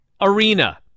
arena